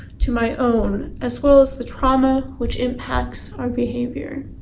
to my own, as well as the trauma which impacts our behavior.